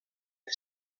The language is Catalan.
amb